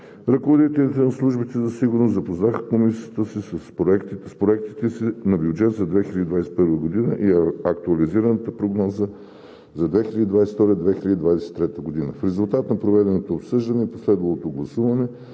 Ръководителите на службите за сигурност запознаха Комисията с проектите си на бюджет за 2021 г. и актуализираната прогноза за 2022 – 2023 г. В резултат на проведеното обсъждане и последвалото гласуване